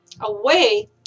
away